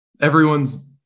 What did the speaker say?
everyone's